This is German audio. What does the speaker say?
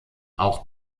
auch